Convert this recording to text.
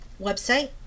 website